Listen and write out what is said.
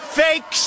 fake